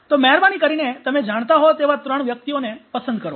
તો મહેરબાની કરીને તમે જાણતા હો તેવા ત્રણ વ્યક્તિઓને પસંદ કરો